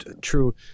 True